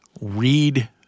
read